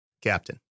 captain